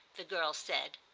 the girl said.